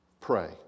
pray